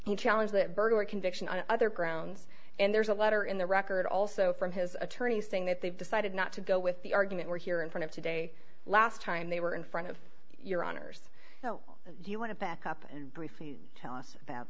he challenged that burger conviction on other grounds and there's a letter in the record also from his attorneys saying that they've decided not to go with the argument we're here in front of today last time they were in front of your honor's and you want to back up and briefly tell us about